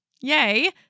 Yay